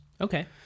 Okay